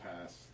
past